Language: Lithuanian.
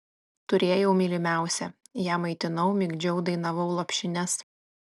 turėjau mylimiausią ją maitinau migdžiau dainavau lopšines